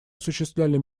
осуществляли